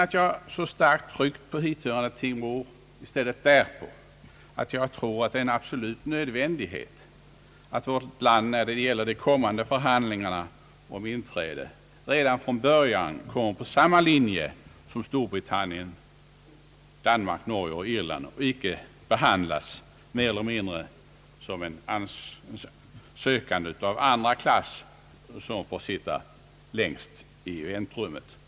Att jag så starkt tryckt på hithörande ting beror i stället därpå att jag tror att det är en absolut nödvändighet att vårt land, när det gäller de kommande förhandlingarna om inträde, redan från början kommer på samma linje som Storbritannien, Danmark, Norge och Irland och icke behandlas mer eller mindre som en sökande av andra klass, som får sitta längst tid i väntrummet.